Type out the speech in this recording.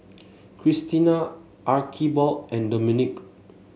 Krystina Archibald and Domenic